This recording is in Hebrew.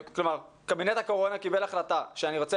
קבינט הקורונה קיבל החלטה ואני רוצה